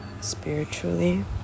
spiritually